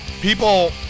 people